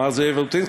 אמר זאב ז'בוטינסקי.